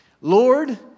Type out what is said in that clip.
Lord